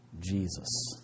Jesus